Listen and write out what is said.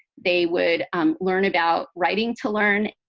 they would um learn about writing to learn,